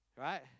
Right